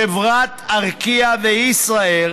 חברת ארקיע וישראייר,